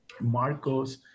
Marcos